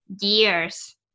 years